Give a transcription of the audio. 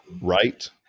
right